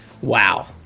Wow